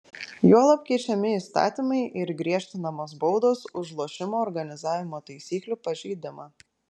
juolab keičiami įstatymai ir griežtinamos baudos už lošimo organizavimo taisyklių pažeidimą